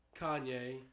Kanye